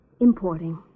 Importing